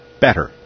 better